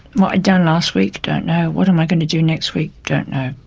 what i'd done last week, don't know, what am i going to do next week, don't know.